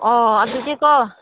ꯑꯣ ꯑꯗꯨꯗꯤꯀꯣ